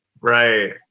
Right